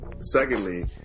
secondly